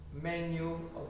menu